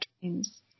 dreams